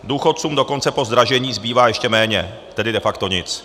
Důchodcům dokonce po zdražení zbývá ještě méně, tedy de facto nic.